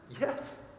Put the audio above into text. Yes